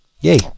Yay